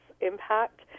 impact